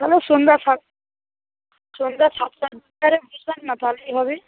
তালে সন্ধ্যা সাত সন্ধ্যা সাতটা না তাহলেই হবে